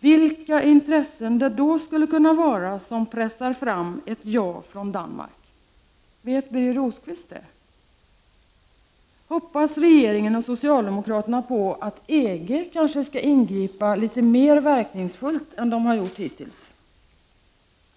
vilka intressen det är som skulle kunna pressa fram ett ja från 27 Danmark. Vet Birger Rosqvist det? Hoppas regeringen och socialdemokraterna kanske på att EG skall ingripa mer verkningsfullt än EG har gjort hittills?